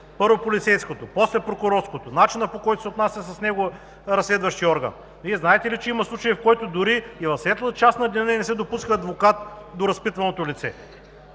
първо полицейското, после прокурорското, начинът по който се отнася с него разследващият орган. Вие знаете ли, че има случаи, в които дори и в светлата част на деня не се допуска адвокат до разпитваното лице?